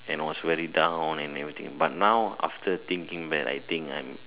and I was very down and everything but now after thinking back I think